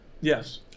yes